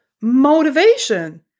motivation